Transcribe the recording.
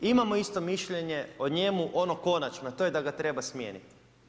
Imamo isto mišljenje o njemu ono konačno a to je da ga treba smijeniti.